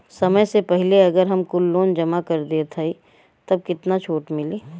समय से पहिले अगर हम कुल लोन जमा कर देत हई तब कितना छूट मिली?